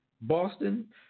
Boston